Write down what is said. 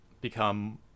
become